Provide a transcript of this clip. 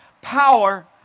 power